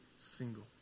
single